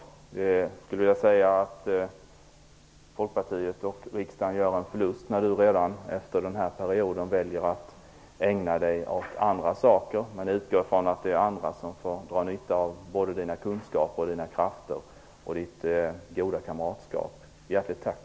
Jag skulle vilja säga att Folkpartiet och riksdagen gör en förlust när han redan efter den här perioden väljer att ägna sig åt andra saker. Jag utgår från att det är andra som får dra nytta av hans kunskaper, hans krafter och hans goda kamratskap. Hjärtligt tack!